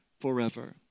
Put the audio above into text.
forever